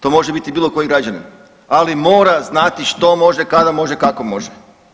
To može biti bilo koji građanin, ali mora znati što može, kada može i kako može.